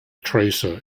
tracer